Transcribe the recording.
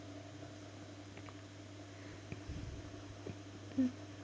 mm